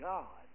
God